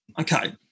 okay